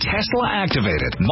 Tesla-activated